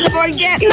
forget